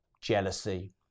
jealousy